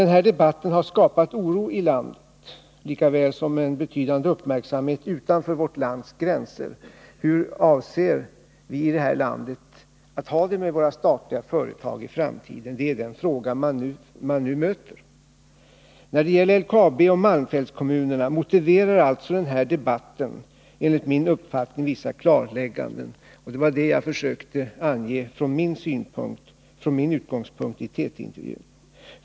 Denna debatt har skapat oro i landet och har väckt en betydande uppmärksamhet utanför vårt lands gränser. Den fråga som man nu möter är: Hur avser ni att ha det med statliga företag i framtiden? När det gäller LKAB och malmfältskommunerna motiverar alltså den här debatten enligt min uppfattning vissa klarlägganden, och det var det jag försökte ange som min utgångspunkt i TT-intervjun.